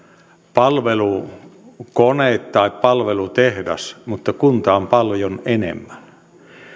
palvelukone tai palvelutehdas mutta kunta on paljon enemmän